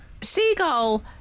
Seagull